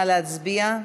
נא להצביע.